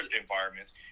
environments